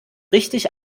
richtig